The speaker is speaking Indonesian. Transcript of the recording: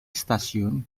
stasiun